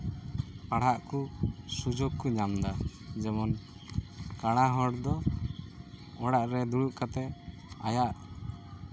ᱯᱟᱲᱦᱟᱜ ᱠᱚ ᱥᱩᱡᱳᱜ ᱠᱚ ᱧᱟᱢᱫᱟ ᱡᱮᱢᱚᱱ ᱠᱟᱬᱟ ᱦᱚᱲᱫᱚ ᱚᱲᱟᱜ ᱨᱮ ᱫᱩᱲᱩᱵ ᱠᱟᱛᱮᱫ ᱟᱭᱟᱜ